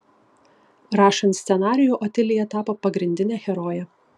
rašant scenarijų otilija tapo pagrindine heroje